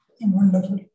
Wonderful